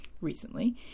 recently